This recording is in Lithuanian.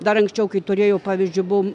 dar anksčiau kai turėjau pavyzdžiu buvom